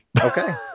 okay